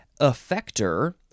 Effector